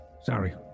Sorry